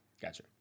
Gotcha